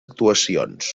actuacions